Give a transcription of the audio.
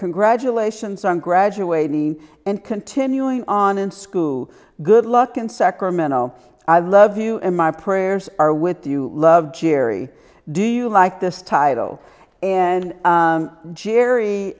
congratulations on graduating and continuing on in school good luck in sacramento i love you and my prayers are with do you love jerry do you like this title and